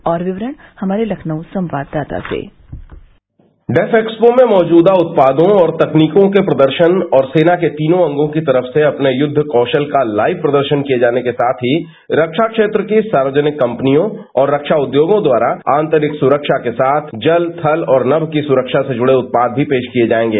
और विवरण हमारे लखनऊ संवाददाता से डेफएक्सपो में मौजूदा उत्पादों और तकनीकों के प्रदर्शन और सेना के तीनों अंगों की तरफ से अपने युद्ध कौशल का लाइव प्रदर्शन किया जाने के साथ ही रखा वेत्र की सार्वजनिक कंपनियों और रखा रचोगों द्वारा आंतरिक सुरक्षा के साथ ही जल थल और नम की सुरक्षा से जुड़े जत्याद भी पेश किये जायेंगे